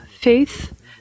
faith